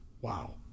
Wow